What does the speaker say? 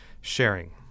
sharing